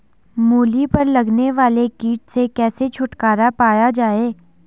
मूली पर लगने वाले कीट से कैसे छुटकारा पाया जाये?